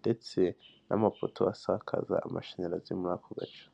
ndetse n'amapoto asakaza amashanyarazi muri ako gace.